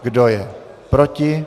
Kdo je proti?